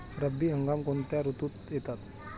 रब्बी हंगाम कोणत्या ऋतूत येतात?